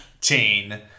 Chain